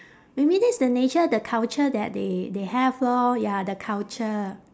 maybe that's the nature the culture that they they have lor ya the culture